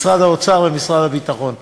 משרד האוצר ומשרד הביטחון.